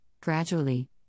Gradually